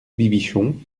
bibichon